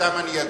אתם אני אגור.